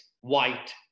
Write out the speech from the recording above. white